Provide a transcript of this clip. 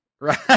Right